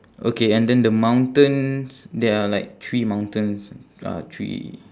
okay and then the mountains there are like three mountains uh three